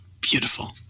Beautiful